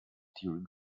during